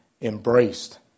embraced